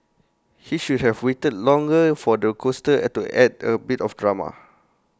he should have waited longer for the coaster add to add A bit of drama